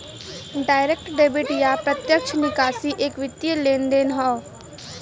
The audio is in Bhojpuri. डायरेक्ट डेबिट या प्रत्यक्ष निकासी एक वित्तीय लेनदेन हौ